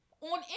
on